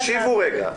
תקשיבו רגע.